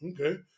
okay